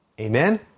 Amen